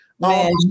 Man